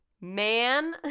man